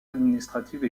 administratives